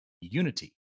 unity